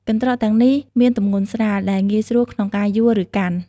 កន្ត្រកទាំងនេះមានទម្ងន់ស្រាល ដែលងាយស្រួលក្នុងការយួរ ឬកាន់។